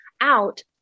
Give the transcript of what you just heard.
out